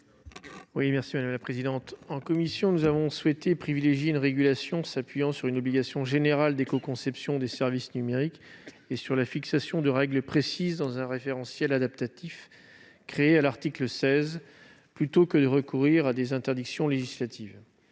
Au sein de la commission, nous avons souhaité privilégier une régulation s'appuyant sur une obligation générale d'écoconception des services numériques et sur la fixation de règles précises dans un référentiel adaptatif, créé à l'article 16, plutôt que de recourir à des interdictions législatives.